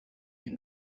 you